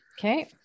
Okay